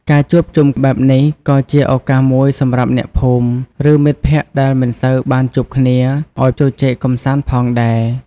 ការជួបជុំបែបនេះក៏ជាឱកាសមួយសម្រាប់អ្នកភូមិ ឬមិត្តភក្តិដែលមិនសូវបានជួបគ្នា ឲ្យជជែកកម្សាន្តផងដែរ។